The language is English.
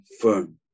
firm